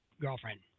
girlfriend